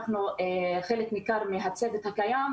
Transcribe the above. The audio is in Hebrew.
חלק ניכר מהצוות הקיים,